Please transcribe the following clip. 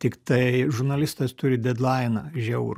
tiktai žurnalistas turi dedlainą žiaurų